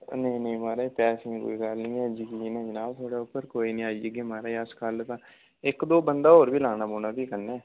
नेईं नेईं माराज पैसें दी कोई गल्ल निं ऐ जकीन ऐ जनाब थुआढ़े उप्पर कोई निं आई जाह्गे माराज अस कल्ल तां इक दो बंदा होर बी लाना पौना भी कन्नै